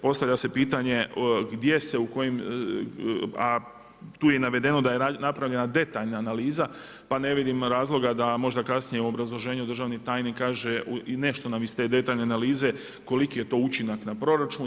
Postavlja se pitanje gdje se u kojim, a tu je i navedeno da je napravljena detaljna analiza pa ne vidim razloga da možda kasnije u obrazloženju državni tajnik kaže i nešto nam iz te detaljne analize koliki je to učinak na proračun.